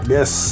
Yes